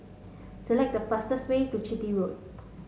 select the fastest way to Chitty Road